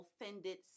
offended